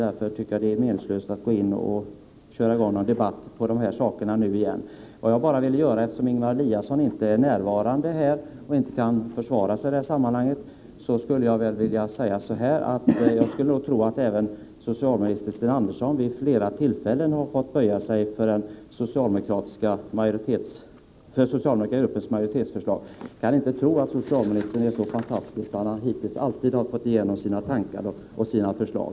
Därför tycker jag det är meningslöst att köra i gång en debatt om dessa saker nu igen. Jag vill bara, eftersom Ingemar Eliasson inte är närvarande och således inte kan försvara sig, säga att jag tror att även socialminister Sten Andersson vid flera tillfällen har fått böja sig för den socialdemokratiska gruppens majoritetsförslag. Jag kan inte tro att socialministern är så fantastisk, att han hittills alltid har fått igenom sina förslag.